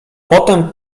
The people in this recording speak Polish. potem